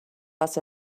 was